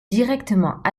directement